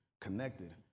connected